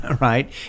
right